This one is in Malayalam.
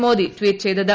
മോദി ട്വീറ്റ് ചെയ്തത്